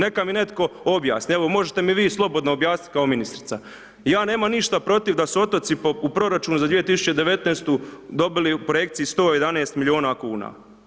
Neka mi netko objasni, evo možete mi vi slobodno objasnit kao ministrica, ja nemam ništa protiv da su otoci u proračunu za 2019. dobili u projekciji 111 milijuna kuna.